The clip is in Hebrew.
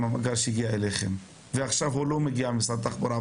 המידע שהגיע אליכם ועכשיו אינו מגיע ממשרד התחבורה?